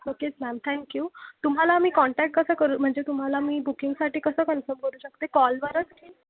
ओकेच ma'am thank you तुम्हाला मी contact कसं करू म्हणजे तुम्हाला मी बुकिंगसाठी कसं कन्फर्म करू शकते कॉलवरच ठीक